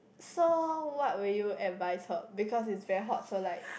so what would you advise her because it's very hot so like